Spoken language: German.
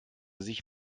sich